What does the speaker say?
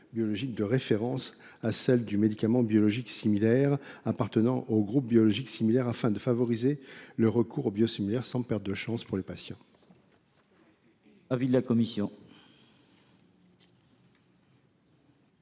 biologique de référence à celle du médicament biologique similaire appartenant au groupe biologique similaire concerné. Le but est de favoriser le recours aux biosimilaires sans perte de chance pour les patients. Quel est l’avis de la commission